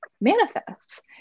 manifests